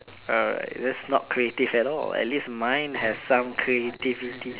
alright that's not creative at all at least mine has some creativity